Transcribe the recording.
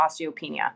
osteopenia